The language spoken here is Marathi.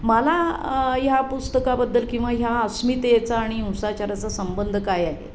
मला ह्या पुस्तकाबद्दल किंवा ह्या अस्मितेचा आणि हिंसाचाराचा संबंध काय आहे